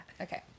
okay